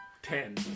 Ten